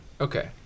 Okay